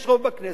יש רוב בכנסת,